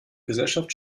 gesellschaft